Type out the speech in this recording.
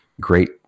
great